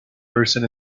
person